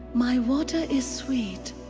my water is sweet,